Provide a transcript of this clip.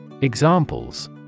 Examples